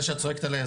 זה שאת צועקת עליי,